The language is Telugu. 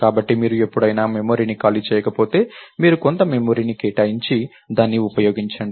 కాబట్టి మీరు ఎప్పుడైనా మెమరీని ఖాళీ చేయకపోతే మీరు కొంత మెమరీని కేటాయించి దాన్ని ఉపయోగించండి